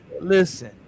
listen